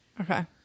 Okay